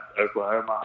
oklahoma